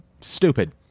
Stupid